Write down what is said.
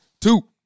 Two